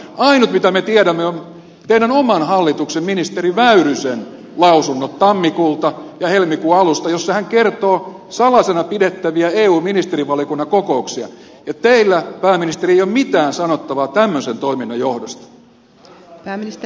ainut mitä me tiedämme on teidän oman hallituksenne ministeri väyrysen lausunnot tammikuulta ja helmikuun alusta joissa hän kertoo salaisena pidettävistä eu ministerivaliokunnan kokouksista ja teillä pääministeri ei ole mitään sanottavaa tämmöisen toiminnan johdosta